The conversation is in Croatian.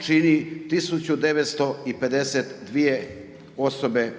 čini 1952 osobe